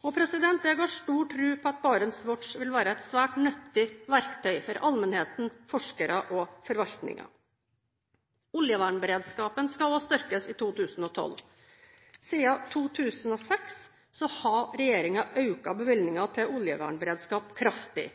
Jeg har stor tro på at BarentsWatch vil være et svært nyttig verktøy for allmennheten, forskere og forvaltningen. Oljevernberedskapen skal også styrkes i 2012. Siden 2006 har regjeringen økt bevilgningene til oljevernberedskap kraftig.